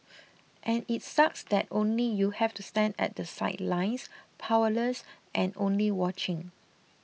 and it sucks that only you've to stand at the sidelines powerless and only watching